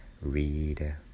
read